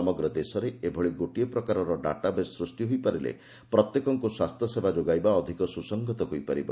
ସମଗ୍ର ଦେଶରେ ଏଭଳି ଗୋଟିଏ ପ୍ରକାରର ଡାଟାବେସ୍ ସୃଷ୍ଟି ହୋଇପାରିଲେ ପ୍ରତ୍ୟେକଙ୍କୁ ସ୍ୱାସ୍ଥ୍ୟ ସେବା ଯୋଗାଇବା ଅଧିକ ସୁସଂହତ ହୋଇପାରିବ